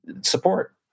support